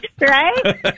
Right